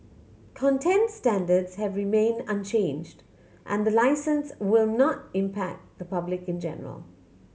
content standards have remained unchanged and the licence will not impact the public in general